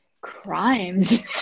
crimes